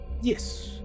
Yes